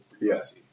Yes